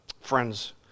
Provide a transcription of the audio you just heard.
Friends